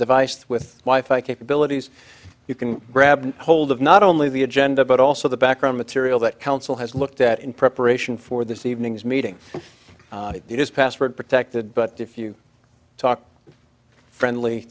device with wife i capabilities you can grab hold of not only the agenda but also the background material that council has looked at in preparation for this evening's meeting it is password protected but if you talk friendly